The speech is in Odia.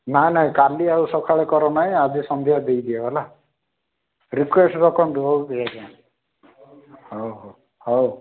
ନାହିଁ ନାହିଁ କାଲି ଆଉ ସକାଳ କରନାହିଁ ଆଜି ସନ୍ଧ୍ୟାରେ ଦେଇ ଦିଅ ହେଲା ରିକ୍ୱେଷ୍ଟ ରଖନ୍ତୁ ଓକେ ଓକେ ହଉ ହଉ ହଉ